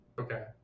Okay